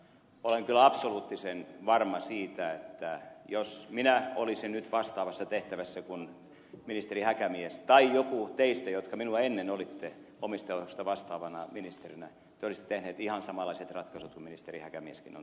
olen kyllä absoluuttisen varma siitä että jos minä olisin nyt vastaavassa tehtävässä kuin ministeri häkämies tai joku teistä olisi jotka minua ennen olitte omistajaohjauksesta vastaavana ministerinä te olisitte tehneet ihan samanlaiset ratkaisut kuin ministeri häkämieskin on tehnyt